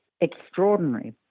extraordinary